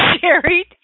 Sherry